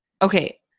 Okay